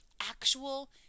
actual